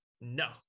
no